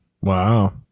Wow